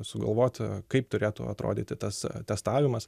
sugalvoti kaip turėtų atrodyti tas testavimas